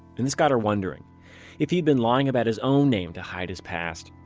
and this got her wondering if he'd been lying about his own name to hide his past,